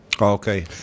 Okay